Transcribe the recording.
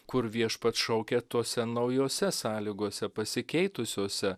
kur viešpats šaukia tose naujose sąlygose pasikeitusiose